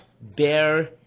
bear